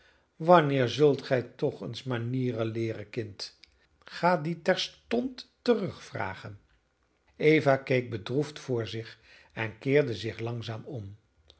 wanneer zult gij toch eens manieren leeren kind ga dien terstond terugvragen eva keek bedroefd voor zich en keerde zich langzaam om